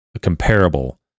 comparable